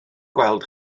gweld